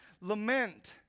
lament